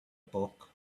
book